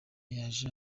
yaje